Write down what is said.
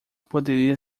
poderia